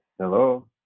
Hello